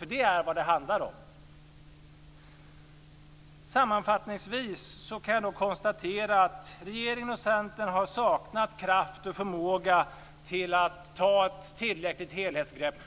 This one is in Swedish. Det är vad det handlar om. Sammanfattningsvis kan jag konstatera att regeringen och Centern har saknat kraft och förmåga att ta ett tillräckligt helhetsgrepp.